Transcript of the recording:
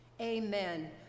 Amen